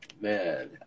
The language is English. Man